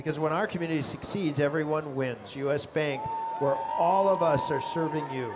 because when our community succeeds everyone wins us banks all of us are serving you